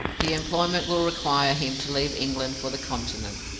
the employment will require him to leave england for the continent,